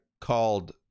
called